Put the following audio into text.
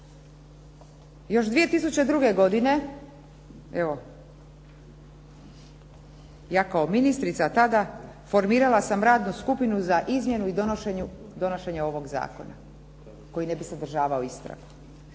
Još 2002. godine, evo ja kao ministrica tada formirala sam radnu skupinu za izmjenu i donošenje ovoga zakona koji ne bi sadržavao ispravku.